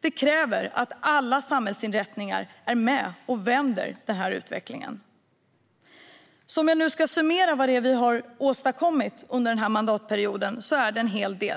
Det kräver att alla samhällsinrättningar är med och vänder den här utvecklingen. Om jag nu ska summera vad det är vi har åstadkommit under den här mandatperioden blir det en hel del.